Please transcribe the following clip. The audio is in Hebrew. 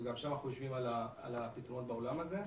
וגם שם אנחנו יושבים על פתרונות בעולם הזה.